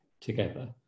together